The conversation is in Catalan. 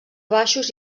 baixos